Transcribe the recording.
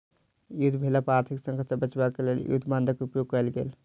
युद्ध भेला पर आर्थिक संकट सॅ बचाब क लेल युद्ध बांडक उपयोग कयल गेल